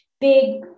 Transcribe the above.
big